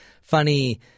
funny